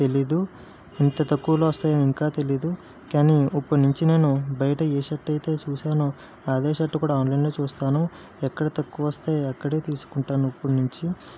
తెలీదు ఇంత తక్కువలో వస్తాయని ఇంకా తెలీదు కానీ ఇప్పుడు నుంచి నేను బయట ఏ షర్ట్ అయితే చూశానో అదే షర్ట్ కూడా ఆన్లైన్లో చూస్తాను ఎక్కడ తక్కువ వస్తే అక్కడే తీసుకుంటాను ఇప్పుడు నుంచి